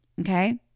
Okay